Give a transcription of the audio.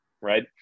Right